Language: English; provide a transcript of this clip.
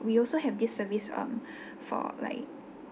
we also have this service um for like